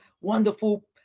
wonderful